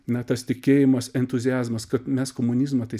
na tas tikėjimas entuziazmas kad mes komunizmą tai